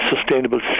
sustainable